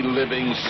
living